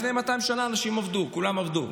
לפני 200 שנה כולם עבדו.